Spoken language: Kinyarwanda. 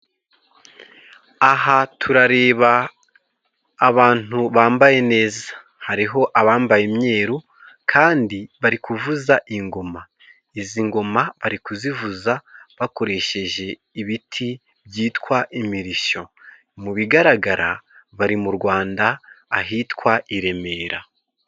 Aha turareba abantu bambaye neza, hariho abambaye imyeru kandi bari kuvuza ingoma. Izi ngoma bari kuzivuza bakoresheje ibiti byitwa imirishyo, mu bigaragara bari mu Rwanda ahitwa i Remera.